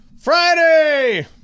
Friday